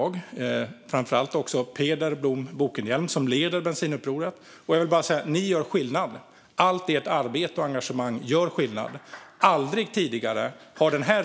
Jag vill framför allt tacka Peder Blohm Bokenhielm, som leder Bensinupproret. Jag vill säga att ni gör skillnad. Allt ert arbete och engagemang gör skillnad.